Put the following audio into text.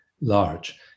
large